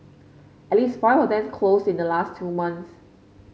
at least five of them closed in the last two months